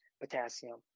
potassium